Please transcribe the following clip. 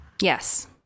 Yes